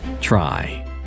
Try